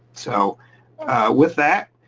so with that,